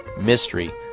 mystery